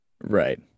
Right